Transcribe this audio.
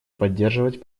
поддерживать